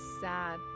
sad